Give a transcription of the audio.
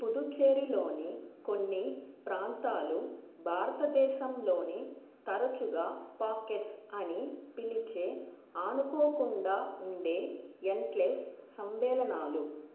పుదుచ్చేరిలోని కొన్ని ప్రాంతాలు భారతదేశంలోని తరచుగా పాకెట్స్ అని పిలిచే ఆనుకోకుండా ఉండే ఎన్క్లేవ్స్ సమ్మేళనాలు